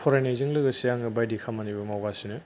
फरायनायजों लोगोसे आङो बायदि खामानिबो मावगासिनो